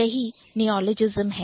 यही Neologism है